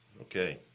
okay